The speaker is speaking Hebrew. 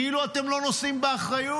כאילו אתם לא נושאים באחריות,